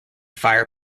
fire